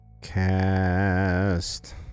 Cast